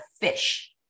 fish